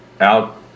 out